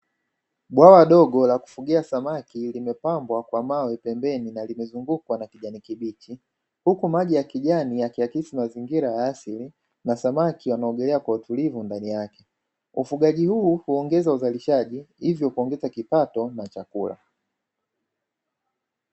Bwawa dogo la kufugia samaki limepambwa kwa mawe pembeni na limezungukwa na kijani kibichi. Huku maji ya kijani yakiakisi mazingira ya asili na samaki wanaogelea kwa utulivu ndani yake. Huu huongeza uzalishaji, hivyo kuongeza kipato na chakula.